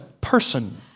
person